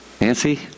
Nancy